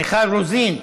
מיכל רוזין,